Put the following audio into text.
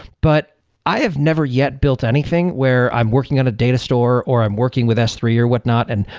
but i have never yet built anything where i'm working on a data store or i'm working with s three or whatnot, and,